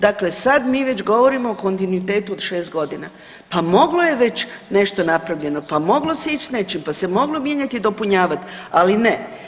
Dakle, sad mi već govorimo o kontinuitetu od 6.g., pa moglo je već nešto napravljeno, pa moglo se ić s nečim, pa se moglo mijenjat i dopunjavat, ali ne.